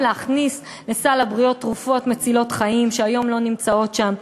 גם להכניס לסל הבריאות תרופות מצילות חיים שהיום לא נמצאות שם.